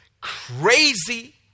crazy